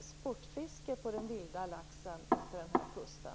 sportfiske på den vilda laxen efter den här kusten.